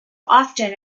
often